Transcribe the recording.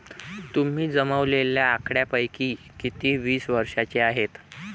तुम्ही जमवलेल्या आकड्यांपैकी किती वीस वर्षांचे आहेत?